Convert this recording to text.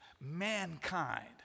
mankind